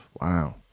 Wow